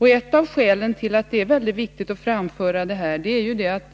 Ett av skälen till att det är mycket viktigt att framhålla detta är att